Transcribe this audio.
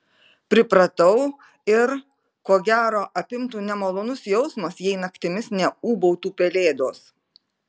pripratau ir ko gero apimtų nemalonus jausmas jei naktimis neūbautų pelėdos